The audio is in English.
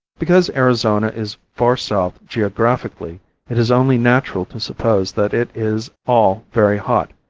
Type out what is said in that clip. because arizona is far south geographically it is only natural to suppose that it is all very hot,